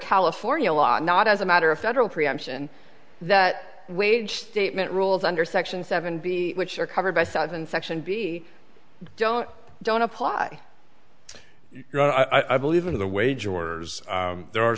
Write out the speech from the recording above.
california law not as a matter of federal preemption that wage statement rules under section seven b which are covered by thought of infection b don't don't apply i believe in the wage orders there are